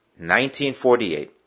1948